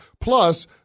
Plus